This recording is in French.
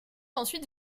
ensuite